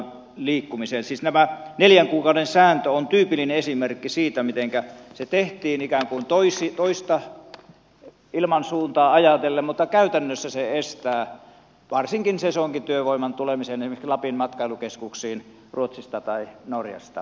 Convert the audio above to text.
siis tämä neljän kuukauden sääntö on tyypillinen esimerkki siitä mitenkä se tehtiin ikään kuin toista ilmansuuntaa ajatellen mutta käytännössä se estää varsinkin sesonkityövoiman tulemisen esimerkiksi lapin matkailukeskuksiin ruotsista tai norjasta